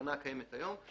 תקנה הקיימת היום,